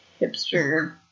hipster